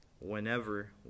whenever